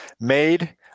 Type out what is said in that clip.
made